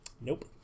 nope